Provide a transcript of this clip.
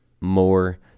more